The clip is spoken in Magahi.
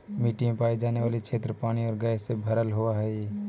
मिट्टी में पाई जाने वाली क्षेत्र पानी और गैस से भरल होवअ हई